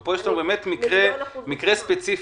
ופה יש מקרה ספציפי,